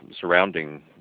surrounding